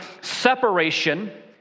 separation